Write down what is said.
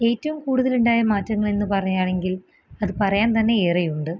ഏറ്റോം കൂട്തലുണ്ടായ മാറ്റങ്ങളെന്ന് പറയാണെങ്കിൽ അത് പറയാൻ തന്നെയേറെയുണ്ട്